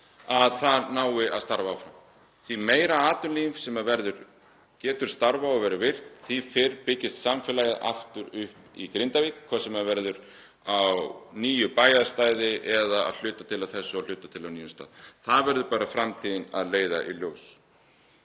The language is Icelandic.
að það nái að starfa áfram. Því meira atvinnulíf sem getur starfað og verið virkt, því fyrr byggist samfélagið aftur upp í Grindavík. Hvort það verður á nýju bæjarstæði eða að hluta til á þessu og að hluta til á nýjum stað, það verður framtíðin að leiða í ljós.